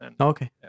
Okay